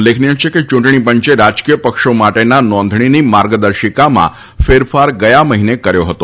ઉલ્લેખનીય છે કે ચૂંટણી પંચે રાજકીય પક્ષો માટેના નોંધણીની માર્ગદર્શિકામાં ફેરફાર ગયા મહિને કર્યો હતો